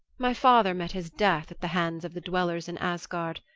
my father met his death at the hands of the dwellers in asgard.